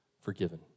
forgiven